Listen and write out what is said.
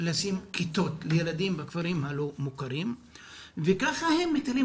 לשים כיתות לילדים בכפרים הלא מוכרים וככה הם מטילים